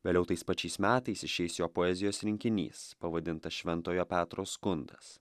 vėliau tais pačiais metais išeis jo poezijos rinkinys pavadintas šventojo petro skundas